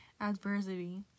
adversity